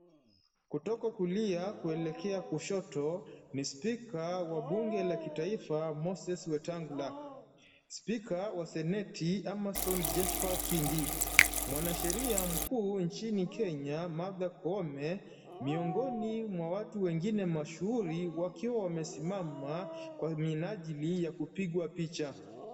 Kutoka kulia kuelekea kushoto ni speaker wa bunge la kitaifa Moses Wetangula, speaker wa seneti Amerson Jeffer Kingi, mwanasheria mkuu nchini Kenya Martha Koome miongoni mwa watu wengine mashuuri wakiwa wamesimama kwa minajili ya kupigwa picha.